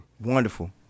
Wonderful